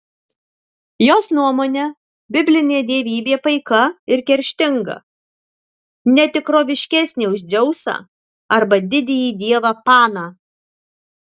jos nuomone biblinė dievybė paika ir kerštinga ne tikroviškesnė už dzeusą arba didįjį dievą paną